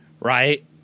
right